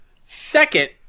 Second